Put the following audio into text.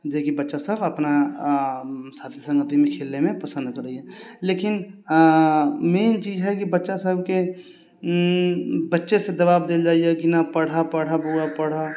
जेकि बच्चासभ अपना साथी सङ्गतिमे खेलयमे पसन्द करैए लेकिन मैन चीज हइ कि बच्चासभके बच्चेसँ दवाब देल जाइए कि न पढ़ह पढ़ह बउआ पढ़ह